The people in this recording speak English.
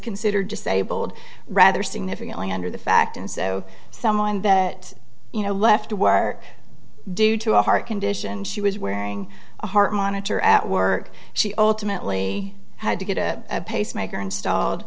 considered disabled rather significantly under the fact and so someone that you know left to work due to a heart condition she was wearing a heart monitor at work she ultimately had to get a pacemaker installed